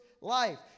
life